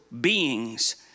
beings